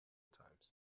times